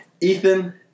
Ethan